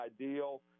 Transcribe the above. ideal